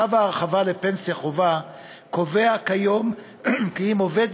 צו ההרחבה לפנסיה חובה קובע כיום כי אם עובד